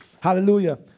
Hallelujah